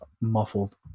muffled